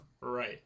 Right